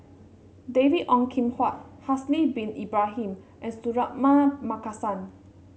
David Ong Kim Huat Haslir Bin Ibrahim and Suratman Markasan